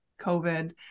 COVID